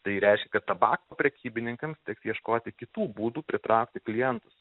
tai reiškia kad tabako prekybininkams teks ieškoti kitų būdų pritraukti klientus